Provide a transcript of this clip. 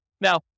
Now